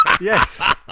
Yes